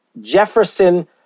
Jefferson